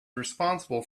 responsible